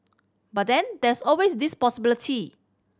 but then there's always this possibility